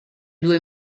due